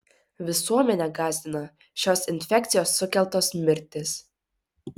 visuomenę gąsdina šios infekcijos sukeltos mirtys